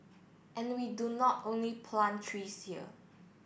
and we do not only plant trees here